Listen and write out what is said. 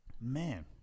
Man